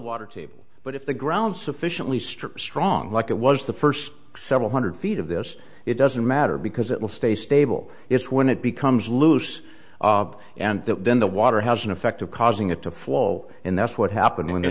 water table but if the ground sufficiently strong strong like it was the first several hundred feet of this it doesn't matter because it will stay stable it's when it becomes loose and then the water has an effect of causing it to flow and that's what happened when th